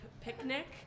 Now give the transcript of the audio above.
picnic